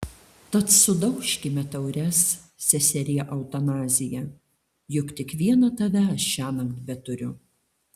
tad sudaužkime taures seserie eutanazija juk tik vieną tave aš šiąnakt beturiu